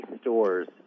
stores